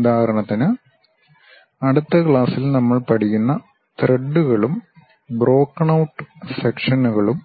ഉദാഹരണത്തിന് അടുത്ത ക്ലാസ്സിൽ നമ്മൾ പഠിക്കുന്ന ത്രെഡുകളും ബ്രോകെൺ ഔട്ട് സെക്ഷനുകളും